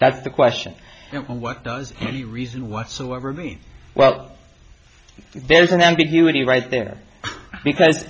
that's the question and what does the reason whatsoever mean well there's an ambiguity right there because